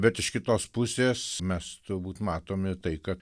bet iš kitos pusės mes turbūt matome tai kad